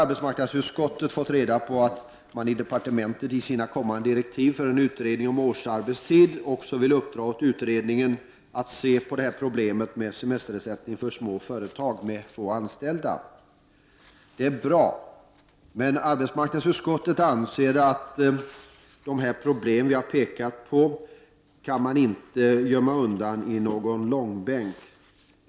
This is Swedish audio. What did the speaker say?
Arbetsmarknadsutskottet har fått reda på att man i departementet i kommande direktiv för en utredning om årsarbetstid också vill lägga in att utredningen skall se på problemet med semesterersättning för små företag med få anställda. Det är bra. Men arbetsmarknadsutskottet anser att de problem vi har pekat på inte kan gömmas undan i någon långbänk.